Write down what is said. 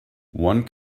one